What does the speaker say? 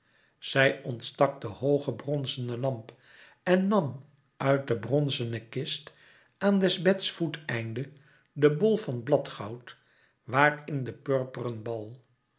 zij ontstak de hooge bronzene lamp en nam uit de bronzene kist aan des beds voeteneinde de bol van bladgoud waar in de purperen bal